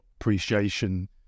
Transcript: appreciation